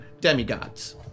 demigods